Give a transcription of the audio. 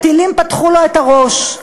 הטילים פתחו לו את הראש.